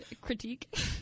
Critique